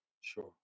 Sure